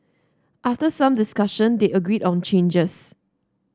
after some discussion they agreed on changes